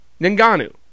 Ninganu